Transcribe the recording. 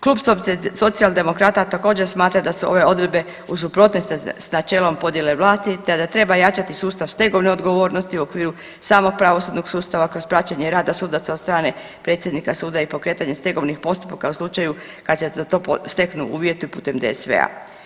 Klub Socijaldemokrata također smatra da se ove odredbe u suprotnosti s načelom podjele vlasti te da treba jačati sustav stegovne odgovornosti u okviru samog pravosudnog sustava kroz praćenje rada sudaca od strane predsjednika suda i pokretanje stegovnih postupaka u slučaju kad se za to steknu uvjeti putem DSV-a.